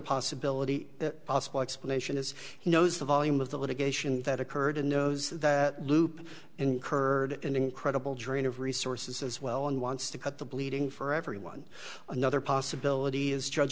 possibility that possible explanation is he knows the volume of the litigation that occurred and knows that loop incurred an incredible drain of resources as well and wants to cut the bleeding for everyone another possibility is judge